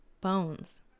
bones